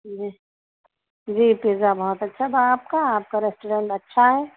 جی جی پیزا بہت اچھا تھا آپ کا آپ کا ریسٹورینٹ اچھا ہے